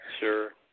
sure